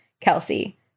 Kelsey